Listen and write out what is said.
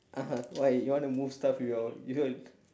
(uh huh) why you want to move stuff with your you want